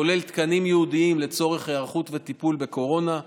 כולל תקנים ייעודיים לצורך היערכות וטיפול בקורונה.